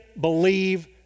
believe